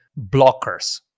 blockers